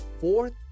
fourth